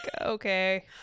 okay